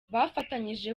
bafatanyije